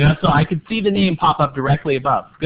yeah so i could see the name pop up directly above.